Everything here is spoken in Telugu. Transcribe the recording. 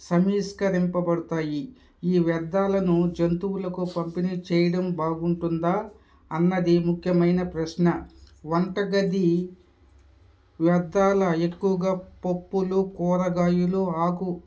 సమీష్కరింపబడతాయి ఈ వ్యర్థాలను జంతువులకు పంపిణీ చేయడం బాగుంటుందా అన్నది ముఖ్యమైన ప్రశ్న వంటగది వ్యర్థాలు ఎక్కువగా పప్పులు కూరగాయలు ఆకు